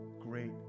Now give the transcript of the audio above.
great